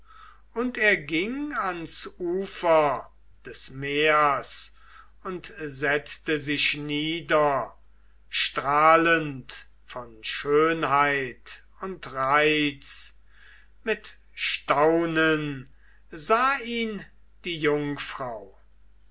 und er ging ans ufer des meers und setzte sich nieder strahlend von schönheit und reiz mit staunen sah ihn die jungfrau